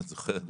אנחנו נשמח,